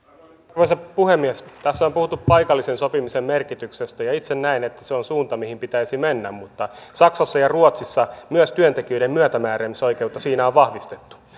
arvoisa puhemies tässä on puhuttu paikallisen sopimisen merkityksestä ja itse näen että se on suunta mihin pitäisi mennä mutta saksassa ja ruotsissa myös työntekijöiden myötämääräämisoikeutta siinä on vahvistettu